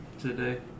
today